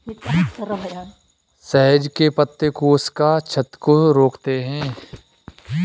सहजन के पत्ते कोशिका क्षति को रोकते हैं